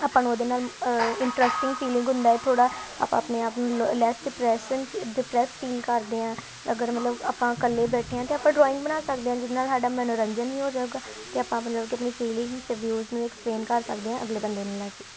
ਆਪਾਂ ਨੂੰ ਉਹਦੇ ਨਾਲ ਇੰਟਰਸਟਿੰਗ ਫੀਲਿੰਗ ਹੁੰਦਾ ਥੋੜ੍ਹਾ ਆਪਾਂ ਆਪਣੇ ਆਪ ਨੂੰ ਲੈਸ ਡਿਪਰੈਸ਼ਨ ਡਿਪਰੈਸ ਫੀਲ ਕਰਦੇ ਹਾਂ ਅਗਰ ਮਤਲਬ ਆਪਾਂ ਇਕੱਲੇ ਬੈਠੇ ਹਾਂ ਤਾਂ ਆਪਾਂ ਡਰੋਇੰਗ ਬਣਾ ਸਕਦੇ ਹਾਂ ਜਿਹਦੇ ਨਾਲ ਸਾਡਾ ਮਨੋਰੰਜਨ ਵੀ ਹੋ ਜਾਊਗਾ ਤਾਂ ਆਪਾਂ ਮਤਲਬ ਕਿ ਆਪਣੀ ਫੀਲਿੰਗ ਅਤੇ ਵਿਊਜ਼ ਨੂੰ ਐਕਸਪਲੇਨ ਕਰ ਸਕਦੇ ਹਾਂ ਅਗਲੇ ਬੰਦੇ ਨੂੰ ਲੈ ਕੇ